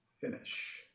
Finish